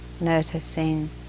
noticing